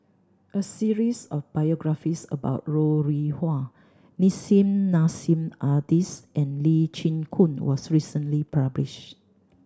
a series of biographies about Ro Rih Hwa Nissim Nassim Adis and Lee Chin Koon was recently published